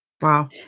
Wow